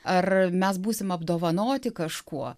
ar mes būsim apdovanoti kažkuo